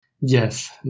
Yes